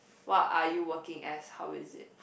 what are you working as how is it